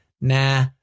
nah